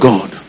God